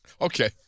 Okay